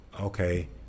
okay